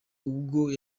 ubwo